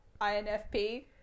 infp